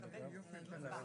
הנה יש לנו הנהון,